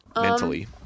mentally